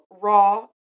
raw